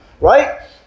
Right